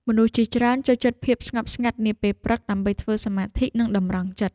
មនុស្សជាច្រើនចូលចិត្តភាពស្ងប់ស្ងាត់នាពេលព្រឹក ដើម្បីធ្វើសមាធិ និងតម្រង់ចិត្ត។